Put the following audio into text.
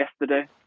yesterday